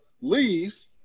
leaves